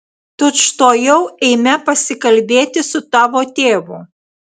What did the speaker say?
tučtuojau eime pasikalbėti su tavo tėvu